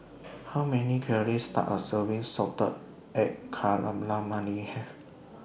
How Many Calories Does A Serving of Salted Egg Calamari Have